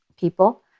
people